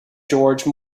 george